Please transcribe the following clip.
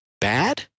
bad